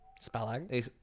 Spelling